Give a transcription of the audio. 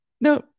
No